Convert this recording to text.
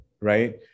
right